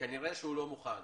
כנראה שהוא עדיין לא מוכן